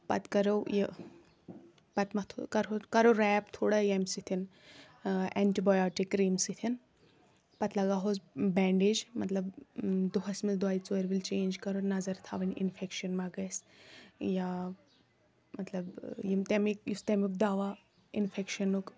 پتہٕ کَرو یہِ پَتہٕ مَتھو کَرہو کرو ریپ تھوڑا ییٚمہِ سۭتۍ اینٹِبَیاٹِک کرٛیٖم سۭتۍ پَتہٕ لَگاوہوس بینٛڈیج مطلب دۄہَس مَنٛز دۄیہِ ژورِ ؤلۍ چینٛج کَرُن نظر تھاوٕنۍ اِنفٮ۪کشَن ما گژھِ یا مطلب یِم تَمِکۍ یُس تمیُک دَوا اِنفٮ۪کشَنُک